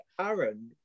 aaron